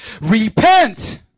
Repent